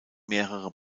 mehrere